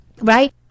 right